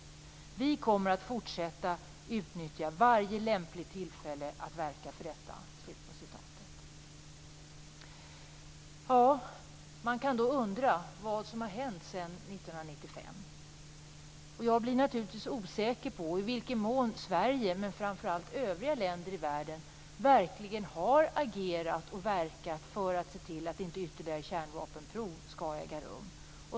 Vi kommer att fortsätta --- utnyttja varje lämpligt tillfälle att verka för detta." Då kan man undra vad som har hänt sedan 1995. Jag blir naturligtvis osäker på i vilken mån Sverige, men framför allt övriga länder i världen, verkligen har agerat och verkat för att inte ytterligare kärnvapenprov skall äga rum.